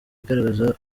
igaragaza